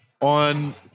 on